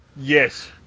yes